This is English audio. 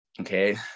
Okay